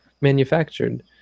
manufactured